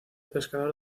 pescador